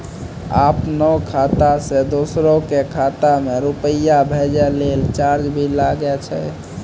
आपनों खाता सें दोसरो के खाता मे रुपैया भेजै लेल चार्ज भी लागै छै?